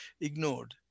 ignored